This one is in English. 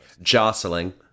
jostling